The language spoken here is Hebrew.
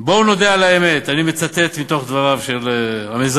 "בואו נודה על האמת" אני מצטט מתוך דבריו של המזהם,